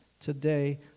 today